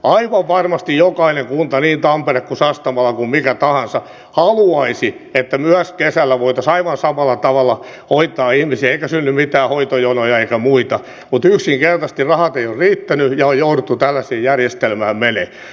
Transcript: aivan varmasti jokainen kunta niin tampere sastamala kuin mikä tahansa haluaisi että myös kesällä voitaisiin aivan samalla tavalla hoitaa ihmisiä eikä syntyisi mitään hoitojonoja eikä muita mutta yksinkertaisesti rahat eivät ole riittäneet ja on jouduttu tällaiseen järjestelmään menemään